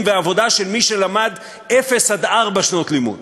ועבודה של מי שלמד אפס עד ארבע שנות לימוד,